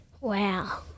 Wow